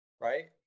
right